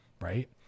Right